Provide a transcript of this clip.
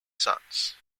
sons